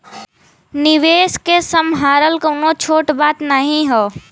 निवेस के सम्हारल कउनो छोट बात नाही हौ